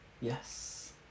Yes